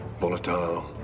volatile